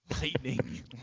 Lightning